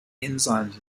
enzymes